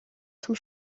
zum